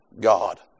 God